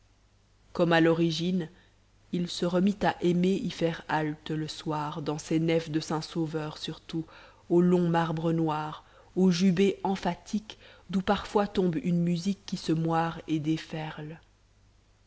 comme à l'origine il se remit à aimer y faire halte le soir dans ces nefs de saint-sauveur surtout aux longs marbres noirs au jubé emphatique d'où parfois tombe une musique qui se moire et déferle